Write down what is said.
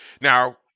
Now